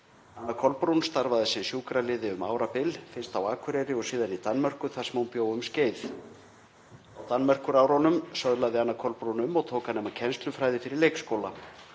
Anna Kolbrún starfaði sem sjúkraliði um árabil, fyrst á Akureyri og síðan í Danmörku þar sem hún bjó um skeið. Á Danmerkurárunum söðlaði Anna Kolbrún um og tók að nema kennslufræði fyrir leikskóla.